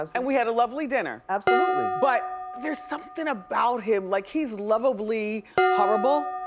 um so and we had a lovely dinner. absolutely. but there's something about him, like he's lovably horrible.